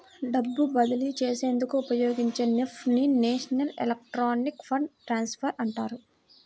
డబ్బు బదిలీ చేసేందుకు ఉపయోగించే నెఫ్ట్ ని నేషనల్ ఎలక్ట్రానిక్ ఫండ్ ట్రాన్స్ఫర్ అంటారు